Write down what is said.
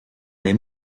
les